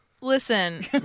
Listen